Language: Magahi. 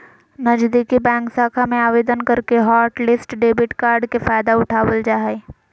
नजीदीकि बैंक शाखा में आवेदन करके हॉटलिस्ट डेबिट कार्ड के फायदा उठाबल जा हय